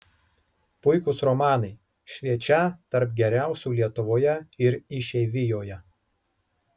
puikūs romanai šviečią tarp geriausių lietuvoje ir išeivijoje